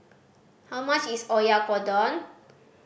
how much is Oyakodon